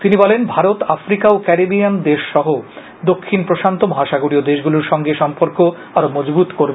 তিনি বলেন ভারত আফ্রিকা ও ক্যারিবিয়ান দেশ সহ দক্ষিণ প্রশান্ত মহাসাগরীয় দেশগুলির সঙ্গে সম্পর্ক আরও মজবুত করবে